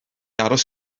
aros